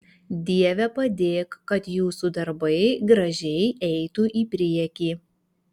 dieve padėk kad jūsų darbai gražiai eitų į priekį